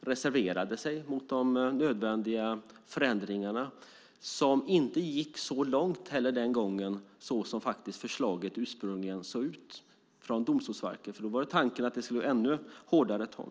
och reserverade sig emot de nödvändiga förändringarna som inte heller gick så långt den gången som förslaget från Domstolsverket ursprungligen såg ut. Tanken var att det skulle vara ännu hårdare tag.